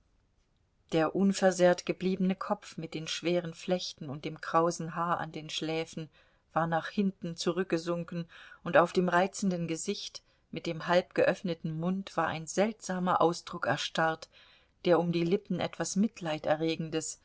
der unversehrt gebliebene kopf mit den schweren flechten und dem krausen haar an den schläfen war nach hinten zurückgesunken und auf dem reizenden gesicht mit dem halb geöffneten mund war ein seltsamer ausdruck erstarrt der um die lippen etwas mitleiderregendes